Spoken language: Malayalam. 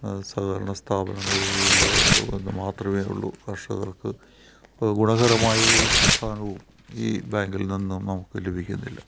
അത് സഹകരണ സ്ഥാപനങ്ങളില് ഒന്ന് മാത്രമേ ഉള്ളു കർഷകർക്ക് ഇപ്പ ഗുണകരമായ ഒരു പ്രസ്ഥാനവും ഈ ബാങ്കിൽ നിന്നും നമുക്ക് ലഭിക്കുന്നില്ല